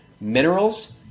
minerals